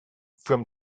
from